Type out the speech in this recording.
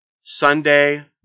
Sunday